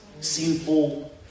sinful